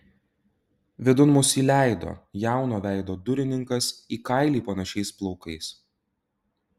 vidun mus įleido jauno veido durininkas į kailį panašiais plaukais